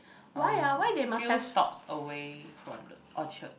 erm few stops away from the Orchard